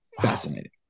fascinating